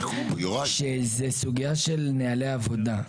שזה סוגייה של נהלי עבודה,